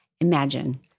imagine